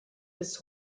des